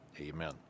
amen